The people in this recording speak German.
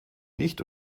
nicht